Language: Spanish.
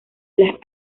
las